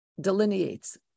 delineates